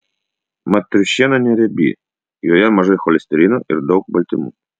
mat triušiena neriebi joje mažai cholesterino ir daug baltymų